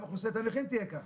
גם אוכלוסיית הנכים תהיה ככה.